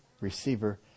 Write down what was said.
receiver